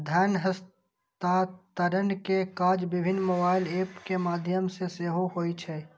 धन हस्तांतरण के काज विभिन्न मोबाइल एप के माध्यम सं सेहो होइ छै